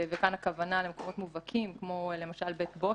וכאן הכוונה למקומות מובהקים כמו למשל בית בושת,